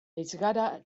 gara